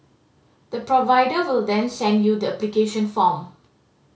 the provider will then send you the application form